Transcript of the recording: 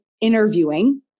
interviewing